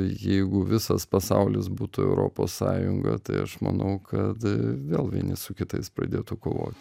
jeigu visas pasaulis būtų europos sąjunga tai aš manau kad vėl vieni su kitais pradėtų kovot